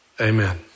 Amen